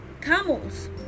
camels